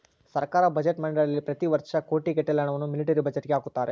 ಸರ್ಕಾರ ಬಜೆಟ್ ಮಂಡಳಿಯಲ್ಲಿ ಪ್ರತಿ ವರ್ಷ ಕೋಟಿಗಟ್ಟಲೆ ಹಣವನ್ನು ಮಿಲಿಟರಿ ಬಜೆಟ್ಗೆ ಹಾಕುತ್ತಾರೆ